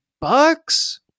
bucks